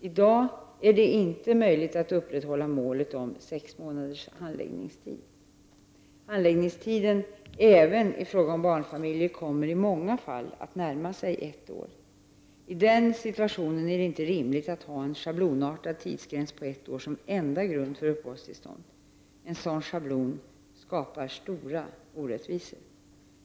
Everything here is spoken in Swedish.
I dag är det inte möjligt att upprätthålla målet om sex månaders handläggningstid. Handläggningstiden — även i fråga om barnfamiljer — kommer i många fall att närma sig ett år. I den situationen är det inte rimligt att ha en schablonartad tidsgräns på ett år som enda grund för uppehållstillstånd. En sådan schablon skapar stora orättvisor.